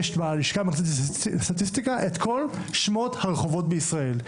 יש בלשכה המרכזית לסטטיסטיקה את כל שמות הרחובות בישראל.